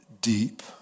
deep